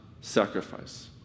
sacrifice